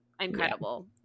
incredible